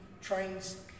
trains